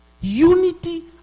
Unity